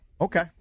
Okay